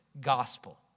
gospel